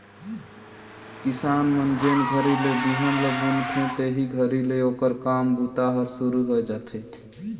किसान मन जेन घरी ले बिहन ल बुनथे तेही घरी ले ओकर काम बूता हर सुरू होए जाथे